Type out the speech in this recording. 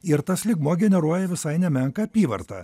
ir tas lygmuo generuoja visai nemenką apyvartą